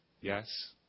Yes